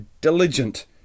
diligent